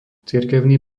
cirkevný